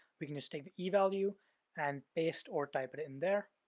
we can just take the e-value and paste or type it in there.